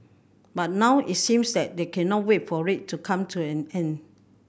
but now it seems they they cannot wait for it to come to an end